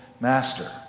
Master